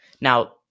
now